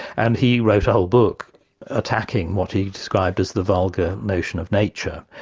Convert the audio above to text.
and he wrote a whole book attacking what he described as the vulgar notion of nature,